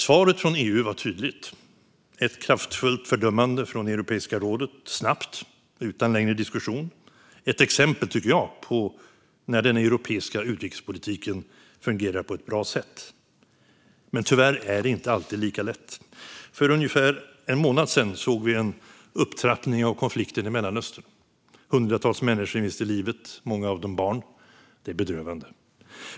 Svaret från EU var tydligt - ett kraftfullt fördömande från Europeiska rådet snabbt utan längre diskussion. Det tycker jag är ett exempel på när den europeiska utrikespolitiken fungerar på ett bra sätt. Men tyvärr är det inte alltid lika lätt. För ungefär en månad sedan såg vi en upptrappning av konflikten i Mellanöstern. Hundratals människor miste livet, många av dem barn. Det är bedrövande.